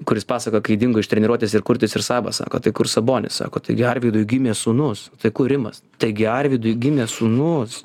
kur jis pasakojo kai dingo iš treniruotės ir kurtis ir sabas sako tai kur sabonis sako taigi arvydui gimė sūnus tai kur rimas taigi arvydui gimė sūnus